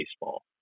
baseball